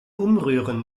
umrühren